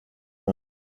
one